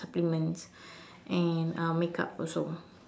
supplements and um makeup also